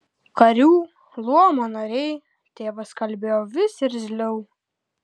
karių luomo nariai tėvas kalbėjo vis irzliau